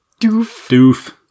Doof